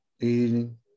eating